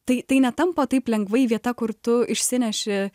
tai tai netampa taip lengvai vieta kur tu išsineši